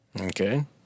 Okay